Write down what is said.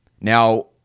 Now